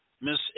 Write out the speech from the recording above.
Miss